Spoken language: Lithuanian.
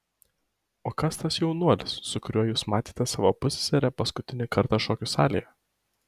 o kas tas jaunuolis su kuriuo jūs matėte savo pusseserę paskutinį kartą šokių salėje